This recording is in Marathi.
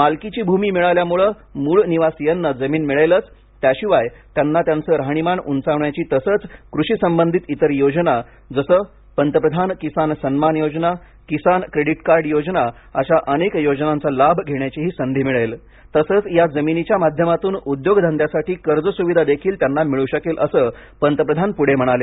मालकीची भूमी मिळाल्याम्ळे मूळ निवासियांना जमीन मिळेलच त्याशिवाय त्यांना त्यांचं राहणीमान उंचावण्याची तसंच कृषी संबंधित इतर योजना जसे पंतप्रधान किसान सम्मान योजना किसान क्रेडीट कार्ड योजना अशा अनेक योजनांचा लाभ घेण्याचीही संधी मिळेल तसंच या जमिनीच्या माध्यमातून उद्योग धंद्यासाठी कर्ज स्विधा देखील त्यांना मिळ् शकेल असं पंतप्रधान प्ढे म्हणाले